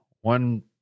one